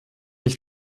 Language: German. ich